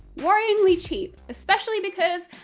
worryingly cheap. especially because,